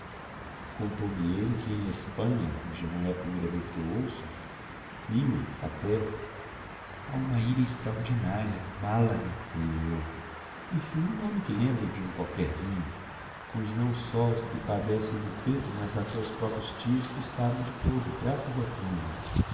doente contou-me elle que em hespanha e já não é a primeira vez que o oiço li o até ha uma ilha extraordinaria malaga creio eu emfim um nome que lembra o de um qualquer vinho onde não só os que padecem do peito mas até os proprios tisicos saram de todo graças ao clima